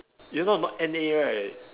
you not not N_A right